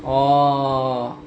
oh